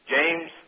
James